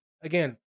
again